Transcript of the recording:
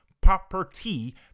property